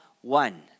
one